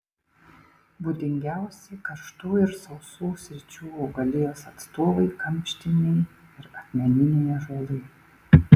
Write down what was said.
būdingiausi karštų ir sausų sričių augalijos atstovai kamštiniai ir akmeniniai ąžuolai